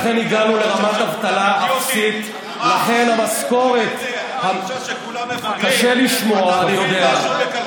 לכן הגענו לרמת אבטלה אפסית, קשה לשמוע, אני יודע.